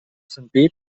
sentit